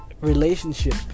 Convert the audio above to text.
relationship